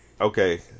okay